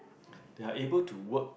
they are able to work